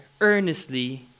earnestly